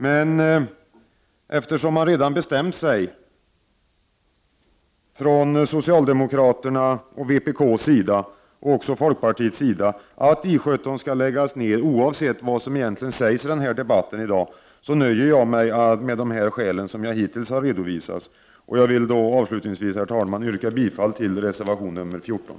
Men eftersom man redan bestämt sig från socialdemokraternas, vpk-s och även folkpartiets sida att I 17 skall läggas ned oavsett vad som sägs i denna debatt, nöjer jag mig med de skäl som jag hittills har redovisat. Jag vill avslutningsvis yrka bifall till reservation 14.